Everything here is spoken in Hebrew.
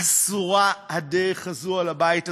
אסורה הדרך הזו על הבית הזה.